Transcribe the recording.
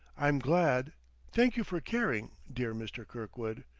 i'm glad thank you for caring, dear mr. kirkwood.